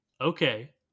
Okay